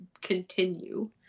continue